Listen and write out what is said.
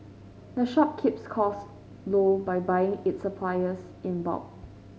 the shop keeps costs low by buying its supplies in bulk